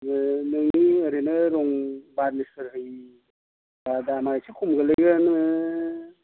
ओरैनो रं बार्निस फोर होयि दामआ एसे खम गोलैगोन